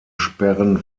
sperren